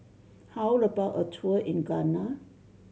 how about a tour in Ghana